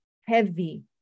heavy